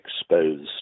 exposed